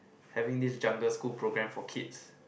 having this jungle school program for kids